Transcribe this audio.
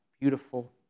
beautiful